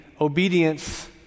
obedience